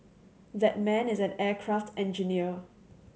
that man is an aircraft engineer